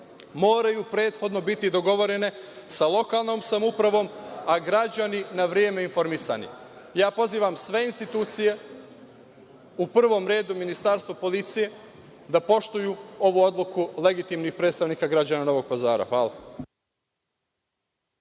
moraju prethodno biti dogovorene sa lokalnom samoupravom, a građani na vreme informisani. Pozivam sve institucije, u prvom redu MUP da poštuju ovu odluku legitimnih predstavnika građana Novog Pazara. Hvala.